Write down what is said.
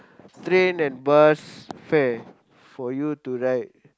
train and bus fare for you to ride